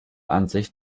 ansicht